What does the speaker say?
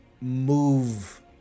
move